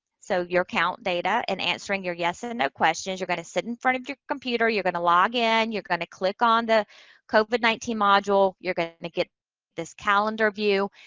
so your count data, and answering your yes and no questions, you're going to sit in front of your computer, you're going to login, you're going to click on the covid nineteen module, you're going to and to get this calendar view,